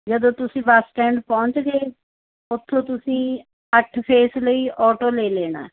ਜਦੋਂ ਤੁਸੀਂ bus stand ਪਹੁੰਚ ਗਏ ਉੱਥੋ ਤੁਸੀਂ ਅੱਠ ਫੇਜ਼ ਲਈ ਔਟੋ ਲੈ ਲੈਣਾ